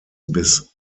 bis